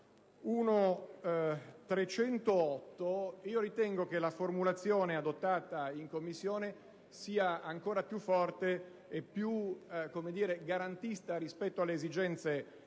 1.308 ritengo che la formulazione adottata in Commissione sia ancora più forte e più garantista rispetto alle esigenze espresse